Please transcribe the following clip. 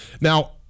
Now